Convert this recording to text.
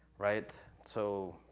right? so,